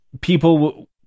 people